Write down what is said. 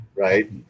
Right